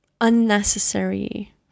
unnecessary